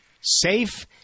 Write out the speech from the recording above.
Safe